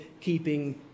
keeping